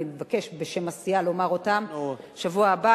אני אבקש בשם הסיעה לומר אותם בשבוע הבא,